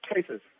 cases